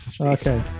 okay